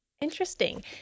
Interesting